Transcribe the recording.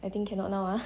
I think cannot now ah